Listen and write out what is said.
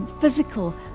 physical